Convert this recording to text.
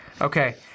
Okay